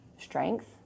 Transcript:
strength